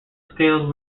scales